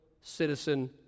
citizen